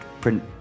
Print